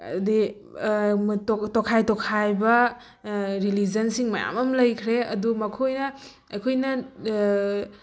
ꯇꯣꯈꯥꯏ ꯇꯣꯈꯥꯏꯕ ꯔꯤꯂꯤꯖꯟꯁꯤꯡ ꯃꯌꯥꯝ ꯑꯃ ꯂꯩꯈ꯭ꯔꯦ ꯑꯗꯨ ꯃꯈꯣꯏꯅ ꯑꯩꯈꯣꯏꯅ